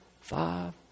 five